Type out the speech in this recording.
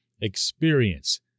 experience